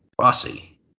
rossi